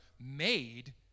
made